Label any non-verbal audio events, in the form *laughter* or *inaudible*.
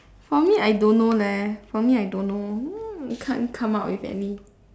for me I don't know leh for me I don't know *noise* can't come up with any